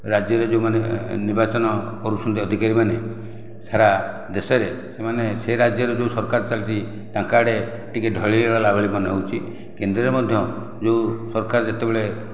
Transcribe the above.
ରାଜ୍ୟରେ ଯେଉଁମାନେ ନିର୍ବାଚନ କରୁଛନ୍ତି ଅଧିକାରୀମାନେ ସାରା ଦେଶରେ ସେମାନେ ସେ ରାଜ୍ୟରେ ଯେଉଁ ସରକାର ଚାଲିଚି ତାଙ୍କ ଆଡ଼େ ଟିକେ ଢଳି ହୋଇଗଲା ଭଳି ମନେ ହେଉଛି କେନ୍ଦ୍ରରେ ମଧ୍ୟ ଯେଉଁ ସରକାର ଯେତେବେଳେ